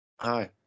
Hi